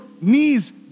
knees